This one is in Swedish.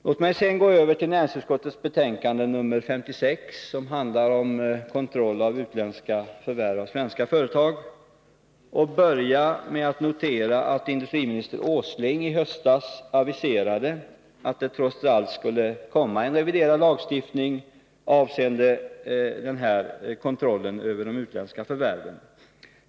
Låt mig sedan gå över till näringsutskottets betänkande 56, som handlar om kontroll av utländska förvärv av svenska företag, och börja med att notera att industriminister Åsling i höstas aviserade att det trots allt skulle komma en reviderad lagstiftning avseende denna kontroll över de utländska förvärven.